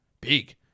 Big